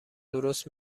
درست